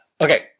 Okay